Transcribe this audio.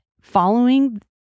following